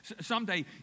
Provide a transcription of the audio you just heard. Someday